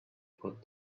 put